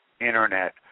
Internet